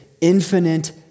infinite